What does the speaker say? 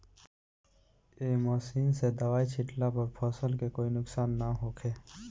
ए machine से दवाई छिटला पर फसल के कोई नुकसान ना होखे